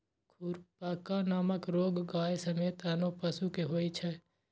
खुरपका नामक रोग गाय समेत आनो पशु कें होइ छै